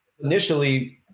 initially